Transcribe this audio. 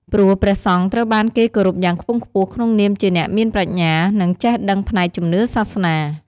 ព្រោះព្រះសង្ឃត្រូវបានគេគោរពយ៉ាងខ្ពង់ខ្ពស់ក្នុងនាមជាអ្នកមានប្រាជ្ញា និងចេះដឹងផ្នែកជំនឿសាសនា។